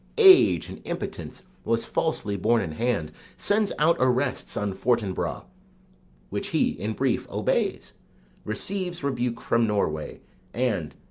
age, and impotence was falsely borne in hand sends out arrests on fortinbras which he, in brief, obeys receives rebuke from norway and,